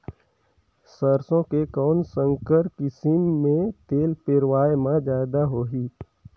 सरसो के कौन संकर किसम मे तेल पेरावाय म जादा होही?